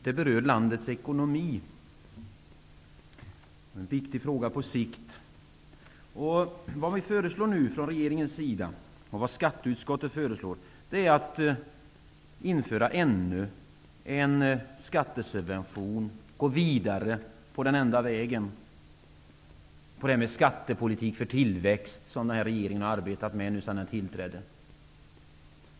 Den berör också landets ekonomi. Det är en viktig fråga på sikt. Regeringen och skatteutskottet föreslår nu att man skall införa ännu en skattesubvention. Man vill gå vidare på den enda vägen och med skattepolitik för tillväxt, något som den här regeringen har arbetat med sedan den tillträdde.